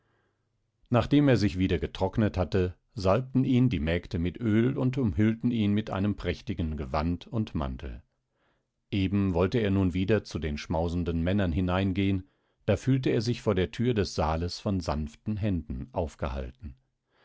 nachdem er sich wieder getrocknet hatte salbten ihn die mägde mit öl und umhüllten ihn mit einem prächtigen gewand und mantel eben wollte er nun wieder zu den schmausenden männern hineingehen da fühlte er sich vor der thür des saales von sanften händen aufgehalten